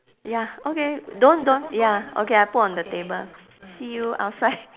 ya okay don't don't ya okay I put on the table see you outside